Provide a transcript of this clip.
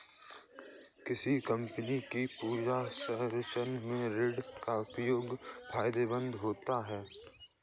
किसी कंपनी की पूंजी संरचना में ऋण का उपयोग फायदेमंद होता है